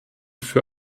für